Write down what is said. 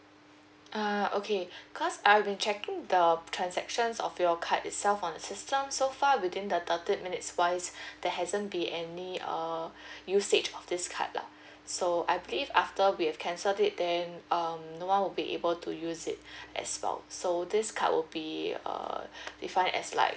err okay because I'll be checking the transactions of your card itself on the system so far within the thirty minutes wise there hasn't be any err usage of this card lah so I believe after we have cancelled it then um no one would be able to use it as well so this card would be err define as like